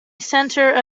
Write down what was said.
centre